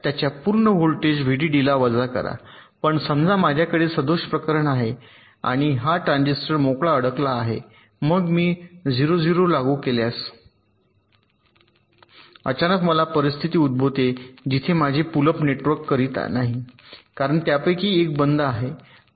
पण समजा माझ्याकडे सदोष प्रकरण आहे हा ट्रान्झिस्टर मोकळा अडकला आहे मग मी 0 0 लागू केल्यास अचानक मला अशी परिस्थिती उद्भवते जिथे माझे पुल अप नेटवर्क करीत नाही कारण त्यापैकी एक बंद आहे